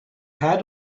had